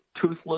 toothless